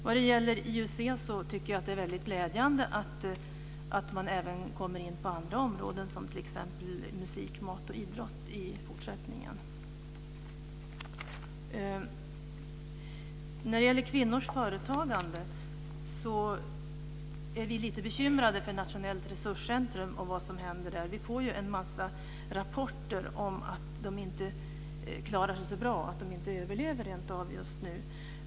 När det gäller IUC tycker jag att det är väldigt glädjande att man även kommer in på andra områden, t.ex. musik, mat och idrott, i fortsättningen. När det gäller kvinnors företagande är vi lite bekymrade för Nationellt resurscentrum och vad som händer där. Vi får ju en massa rapporter om att man inte klarar sig så bra, att man rentav inte överlever just nu.